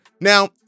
Now